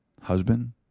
Husband